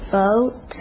boat